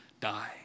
die